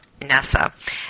NASA